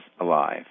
alive